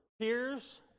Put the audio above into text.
peers